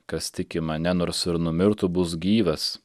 kas tiki mane nors ir numirtų bus gyvas